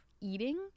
eating